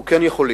אנחנו כן יכולים.